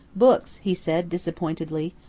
books, he said disappointedly.